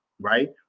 right